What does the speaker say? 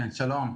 כן שלום.